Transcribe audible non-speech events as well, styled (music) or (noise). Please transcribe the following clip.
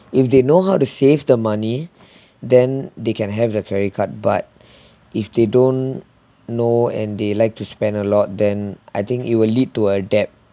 if they know how to save the money (breath) then they can have the credit card but (breath) if they don't know and they like to spend a lot then I think it will lead to a debt